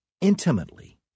intimately